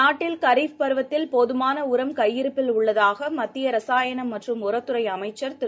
நாட்டில் கரீஃப் பருவத்தில் போதுமானஉரம் கையிருப்பில் உள்ளதாகமத்தியரசாயணம் மற்றும் உரத் துறைஅமைச்சர் திரு